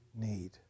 need